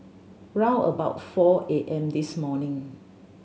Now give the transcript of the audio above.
round about four A M this morning